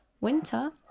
winter